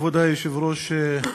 כבוד היושב-ראש, תודה,